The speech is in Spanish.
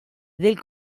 del